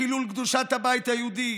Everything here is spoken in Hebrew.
חילול קדושת הבית היהודי,